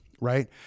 Right